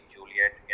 Juliet